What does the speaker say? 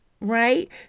Right